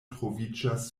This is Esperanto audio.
troviĝas